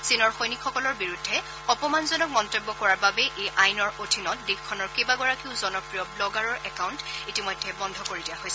চীনৰ সৈনিকসকলৰ বিৰুদ্ধে অপমানজনক মন্তব্য কৰাৰ বাবে এই আইনৰ অধীনত দেশখনৰ কেইবাগৰাকীও জনপ্ৰিয় ব্লগাৰৰ একাউণ্ট ইতিমধ্যে বন্ধ কৰি দিয়া হৈছে